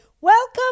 Welcome